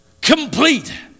Complete